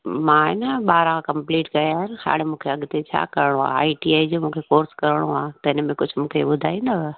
मां आहे न ॿारहां कंप्लीट कया आहिनि हाणे मूंखे अॻिते छा करिणो आहे आई टी आई जो मूंखे कोर्स करिणो आहे त इनमें कुझु मूंखे ॿुधाईंदव